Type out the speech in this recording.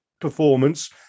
performance